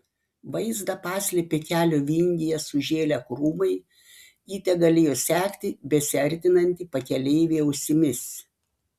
vaizdą paslėpė kelio vingyje sužėlę krūmai ji tegalėjo sekti besiartinantį pakeleivį ausimis